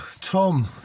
Tom